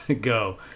go